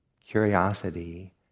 curiosity